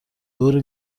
دور